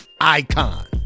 icon